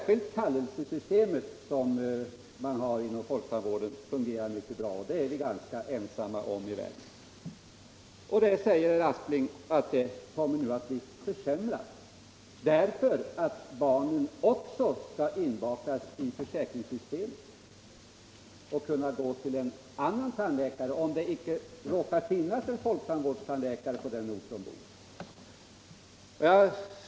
Kallelsesystemet inom folktandvården fungerar mycket bra, och det är vi säkert ensamma om 1 hela världen. Herr Aspling säger att det innebär en försämring om barnen också infogas i försäkringssystemet så att de kan gå till en annan tandläkare, om det inte finns en folktandvårdstandläkare på den ort där de bor.